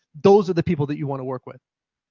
those are the people that you want to work with.